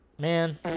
man